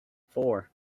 four